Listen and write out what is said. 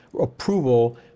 approval